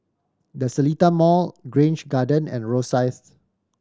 The Seletar Mall Grange Garden and Rosyth